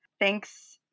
thanks